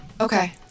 Okay